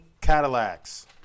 Cadillacs